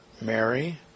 Mary